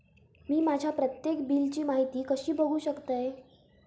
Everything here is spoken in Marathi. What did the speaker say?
मी माझ्या प्रत्येक बिलची माहिती कशी बघू शकतय?